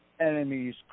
Enemies